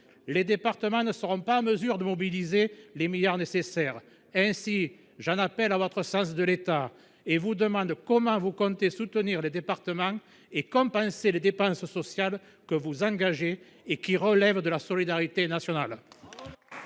Les départements ne seront pas en mesure de mobiliser les milliards d’euros nécessaires. Aussi, j’en appelle à votre sens de l’État, madame la ministre : comment comptez vous soutenir les départements ? Comment compenserez vous les dépenses sociales que vous engagez et qui relèvent de la solidarité nationale